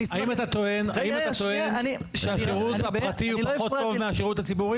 האם אתה טוען שהשירות בפרטי הוא פחות טוב מהשירות הציבורי?